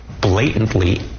blatantly